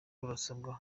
rurasabwa